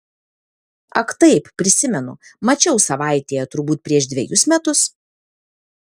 ak taip prisimenu mačiau savaitėje turbūt prieš dvejus metus